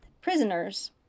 prisoners